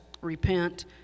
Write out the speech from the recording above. repent